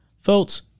Folks